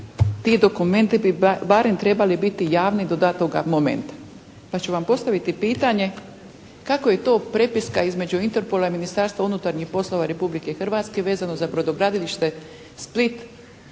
ti dokumenti bi barem trebali biti javni do datoga momenta. Pa ću vam postaviti pitanje kako je to prepiska između Interpola i Ministarstva unutarnjih poslova Republike Hrvatske vezano za brodogradilište Split